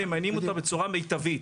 ממיינים אותה בצורה מיטבית.